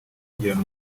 kugirana